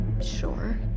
Sure